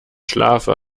schlafe